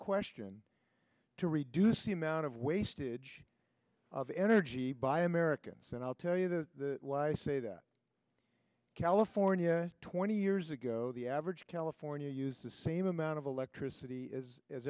question to reduce the amount of wastage of energy by americans and i'll tell you what i say that california twenty years ago the average california use the same amount of electricity is as